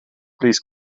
please